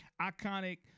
iconic